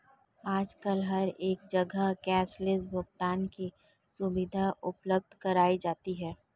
आजकल हर एक जगह कैश लैस भुगतान की सुविधा उपलब्ध कराई जाती है